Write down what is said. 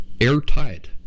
airtight